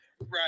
right